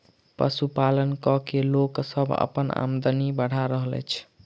पशुपालन क के लोक सभ अपन आमदनी बढ़ा रहल अछि